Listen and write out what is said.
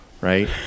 right